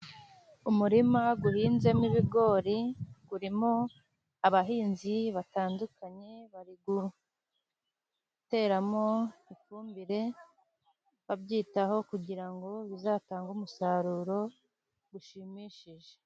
Umurima uhinzemo ibigori, urimo abahinzi batandukanye bari guteramo ifumbire, babyitaho kugira ngo bizatange umusaruro ushimishije.